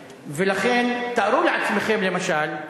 תארו לעצמכם, למשל,